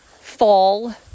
fall